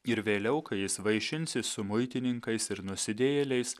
ir vėliau kai jis vaišinsis su muitininkais ir nusidėjėliais